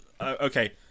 okay